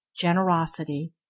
generosity